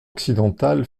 occidental